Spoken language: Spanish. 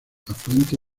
afluente